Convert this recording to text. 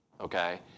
okay